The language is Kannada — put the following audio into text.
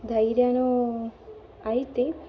ಧೈರ್ಯವೂ ಐತಿ